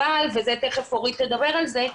וזה תיכף אורית תדבר על זה,